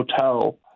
hotel